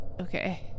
Okay